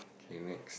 okay next